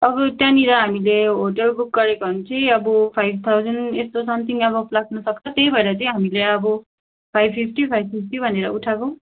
अब त्यहाँनिर हामीले होटल बुक गरेको हो भने चाहिँ अब फाइभ थाउजन्ड यस्तो समथिङ एबोभ लाग्नु सक्छ त्यही भएर चाहिँ हामीले अब फाइब फिफ्टी फाइब फिफ्टी भनेर उठाएको